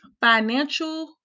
Financial